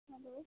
hello